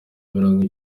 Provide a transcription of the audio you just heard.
mirongo